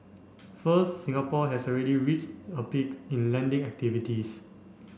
first Singapore has already reached a peak in lending activities